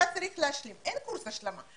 אתה צריך להשלים אבל אין קורס השלמה.